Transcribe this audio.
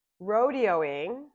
rodeoing